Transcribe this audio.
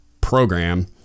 program